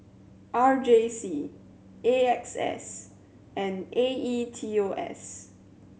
R J C A X S and A E T O S